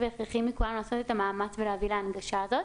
והכרחי מכולם לעשות את המאמץ ולהביא להנגשה הזאת.